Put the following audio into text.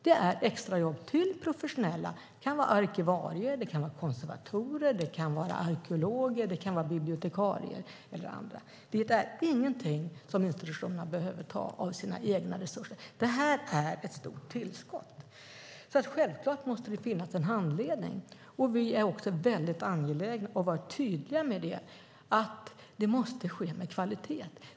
Det är extrajobb till professionella. Det kan vara arkivarier, konservatorer, arkeologer eller bibliotekarier. Det är ingenting som institutionerna behöver ta av sina egna resurser. Det är ett stort tillskott. Självklart måste det finnas en handledning, och vi är angelägna om, och vi har varit tydliga med det, att handledningen måste ske med kvalitet.